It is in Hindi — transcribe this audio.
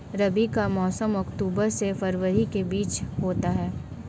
रबी का मौसम अक्टूबर से फरवरी के बीच होता है